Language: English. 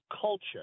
culture